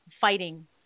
fighting